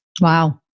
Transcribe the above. Wow